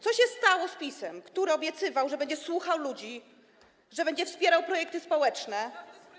Co się stało z PiS-em, który obiecywał, że będzie słuchał ludzi, że będzie wspierał projekty społeczne?